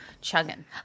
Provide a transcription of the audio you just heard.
chugging